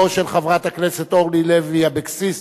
או של חברת הכנסת אורלי לוי אבקסיס,